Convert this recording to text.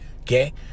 okay